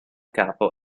capo